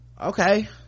okay